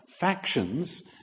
factions